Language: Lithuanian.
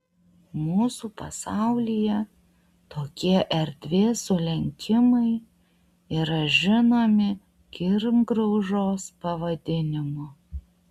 mūsų pasaulyje tokie erdvės sulenkimai yra žinomi kirmgraužos pavadinimu